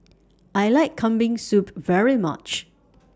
I like Kambing Soup very much